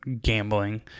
gambling